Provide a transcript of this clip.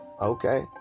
okay